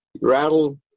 Rattle